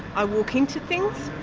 i walk into things,